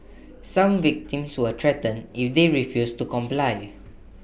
some victims were threatened if they refused to comply